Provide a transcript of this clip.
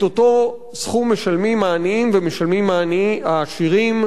את אותו סכום משלמים העניים ומשלמים העשירים.